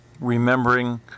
remembering